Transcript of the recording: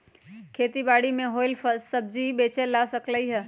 खेती बारी से होएल फल सब्जी बेचल जा सकलई ह